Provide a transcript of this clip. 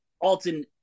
Alton